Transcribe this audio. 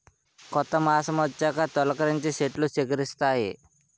కొత్త మాసమొచ్చాక తొలికరించి సెట్లు సిగిరిస్తాయి